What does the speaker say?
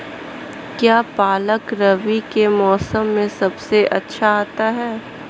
क्या पालक रबी के मौसम में सबसे अच्छा आता है?